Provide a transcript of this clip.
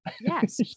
yes